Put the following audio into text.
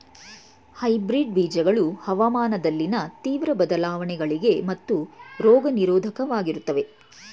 hybrid ಬೀಜಗಳು ಹವಾಮಾನದಲ್ಲಿನ ತೀವ್ರ ಬದಲಾವಣೆಗಳಿಗೆ ಮತ್ತು ರೋಗ ನಿರೋಧಕವಾಗಿರುತ್ತವೆ